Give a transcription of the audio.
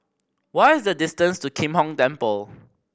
what is the distance to Kim Hong Temple